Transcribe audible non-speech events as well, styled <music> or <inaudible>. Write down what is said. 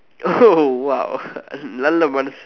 oh !wow! <laughs> நல்ல மனசு:nalla manasu